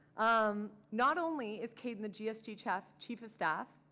um not only is caden the gsg chief chief of staff,